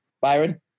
Byron